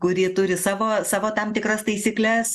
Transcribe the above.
kuri turi savo savo tam tikras taisykles